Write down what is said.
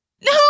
No